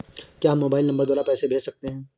क्या हम mobile number द्वारा पैसे भेज सकते हैं?